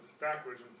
backwards